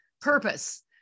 purpose